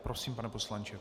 Prosím, pane poslanče.